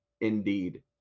indeed